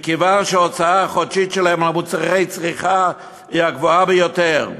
מכיוון שההוצאה החודשית שלהם על מוצרי צריכה היא הגבוהה ביותר.